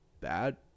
bad